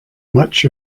much